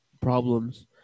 problems